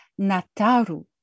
Nataru